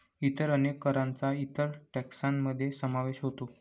इतर अनेक करांचा इतर टेक्सान मध्ये समावेश होतो